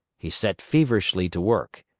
he set feverishly to work.